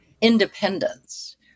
independence